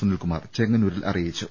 സുനിൽകുമാർ ചെങ്ങന്നൂരിൽ അറിയിച്ചു